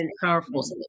powerful